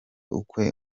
ukwe